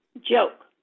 joke